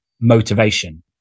motivation